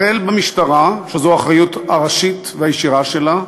החל במשטרה, שזו האחריות הראשית והישירה שלה,